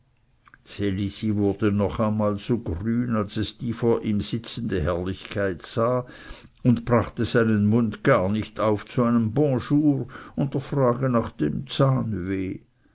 wurde noch einmal so grün als es die vor ihm sitzende herrlichkeit sah und brachte seinen mund gar nicht auf zu einem bonjour und der frage nach dem zahnweh